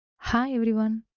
hi everyone,